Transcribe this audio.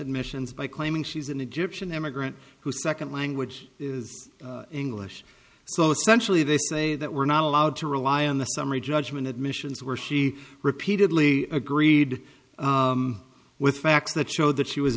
admissions by claiming she's an egyptian immigrant who's second language is english so essentially they say that we're not allowed to rely on the summary judgment admissions where she repeatedly agreed with facts that show that she was